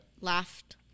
laughed